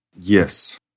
Yes